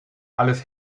alles